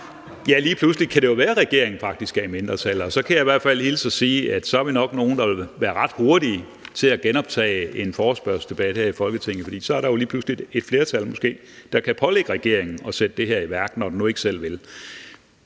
og lige pludselig kan det være, at regeringen faktisk er i mindretal, og så kan jeg i hvert fald hilse og sige, at vi jo nok er nogle, der vil være ret hurtige til at genoptage en forespørgselsdebat her i Folketinget, fordi der så lige pludselig måske er et flertal, der kan pålægge regeringen at sætte det her i værk, når den nu ikke selv vil.